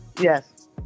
Yes